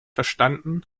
verstanden